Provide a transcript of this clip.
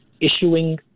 issuing